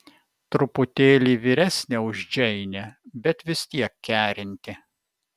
truputėlį vyresnė už džeinę bet vis tiek kerinti